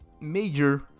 major